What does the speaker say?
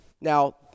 Now